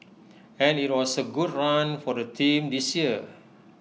and IT was A good run for the team this year